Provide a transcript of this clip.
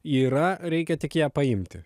yra reikia tik ją paimti